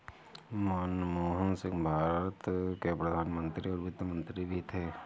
मनमोहन सिंह भारत के प्रधान मंत्री और वित्त मंत्री भी थे